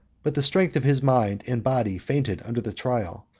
but the strength of his mind and body fainted under the trial,